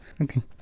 Okay